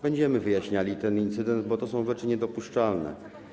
Będziemy wyjaśniali ten incydent, bo to są rzeczy niedopuszczalne.